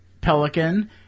Pelican